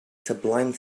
sublime